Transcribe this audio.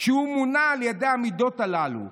כשהוא מונע על ידי המידות הללו,